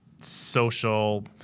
social